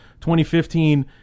2015